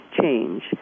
change